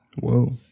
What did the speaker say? Whoa